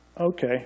Okay